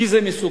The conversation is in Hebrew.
כי זה מסוכן,